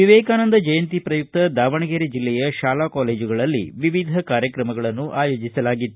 ವಿವೇಕಾನಂದ ಜಯಂತಿ ಪ್ರಯುಕ್ತ ದಾವಣಗೆರೆ ಜಿಲ್ಲೆಯ ಶಾಲಾ ಕಾಲೇಜುಗಳಲ್ಲಿ ವಿವಿಧ ಕಾರ್ಯಕ್ರಮಗಳನ್ನು ಆಯೋಜಿಸಲಾಗಿತ್ತು